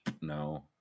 No